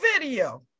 video